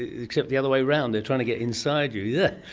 except the other way round, they're trying to get inside you. yeah